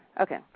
okay